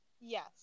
Yes